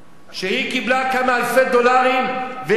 כשהיא קיבלה כמה אלפי דולרים והחליטה